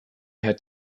had